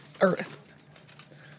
earth